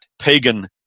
pagan